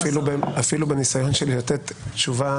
שאפילו בניסיון שלי לתת תשובה,